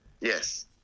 Yes